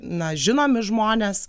na žinomi žmonės